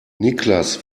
niklas